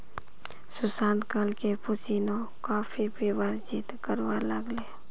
सुशांत कल cappuccino coffee पीबार जिद्द करवा लाग ले